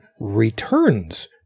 returns